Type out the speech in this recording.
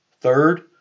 Third